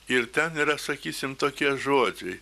ir ten yra sakysim tokie žodžiai